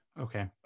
Okay